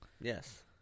Yes